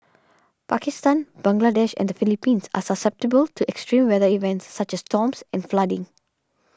Pakistan Bangladesh and the Philippines are susceptible to extreme weather events such as storms and flooding